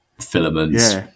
Filaments